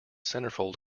centerfold